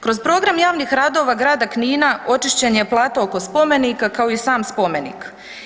Kroz program javnih radova grada Knina očišćen je plato kod spomenika kao i sam spomenik.